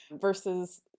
versus